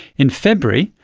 in february,